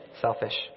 Selfish